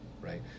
right